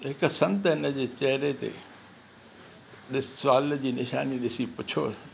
हिकु संत हिन जे चहिरे ते ॾिस सवाल जी निशानी ॾिसी पुछो